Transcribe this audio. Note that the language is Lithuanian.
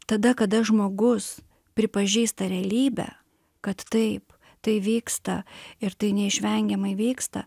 tada kada žmogus pripažįsta realybę kad taip tai vyksta ir tai neišvengiamai vyksta